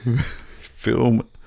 Film